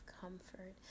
comfort